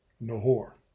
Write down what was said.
Nahor